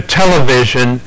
television